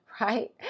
right